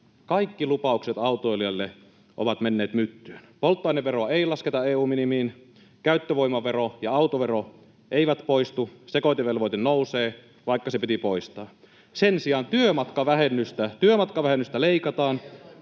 kaikki lupaukset autoilijoille ovat menneet myttyyn. Polttoaineveroa ei lasketa EU-minimiin, käyttövoimavero ja autovero eivät poistu, ja sekoitevelvoite nousee, vaikka se piti poistaa. [Perussuomalaisten